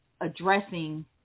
addressing